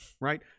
Right